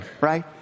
right